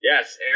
Yes